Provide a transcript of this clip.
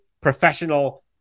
professional